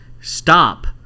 stop